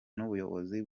n’ubuyobozi